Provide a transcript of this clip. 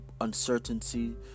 uncertainty